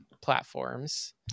platforms